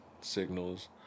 signals